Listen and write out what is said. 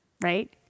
Right